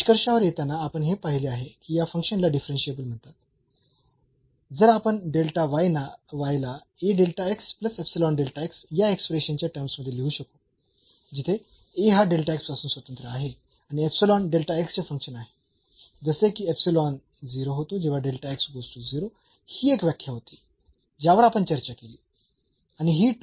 तर निष्कर्षावर येताना आपण हे पाहिले आहे की या फंक्शन ला डिफरन्शियेबल म्हणतात जर आपण ला या एक्सप्रेशन च्या टर्म्स मध्ये लिहू शकू जिथे हा पासून स्वतंत्र आहे आणि इप्सिलॉन चे फंक्शन आहे जसे की इप्सिलॉन 0 होतो जेव्हा ही एक व्याख्या होती ज्यावर आपण चर्चा केली